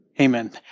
Amen